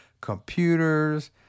computers